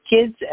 kids